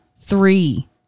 Three